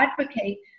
advocate